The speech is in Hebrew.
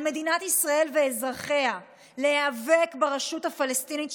על מדינת ישראל ואזרחיה להיאבק ברשות הפלסטינית,